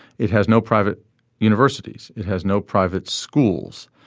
it has no private universities it has no private schools.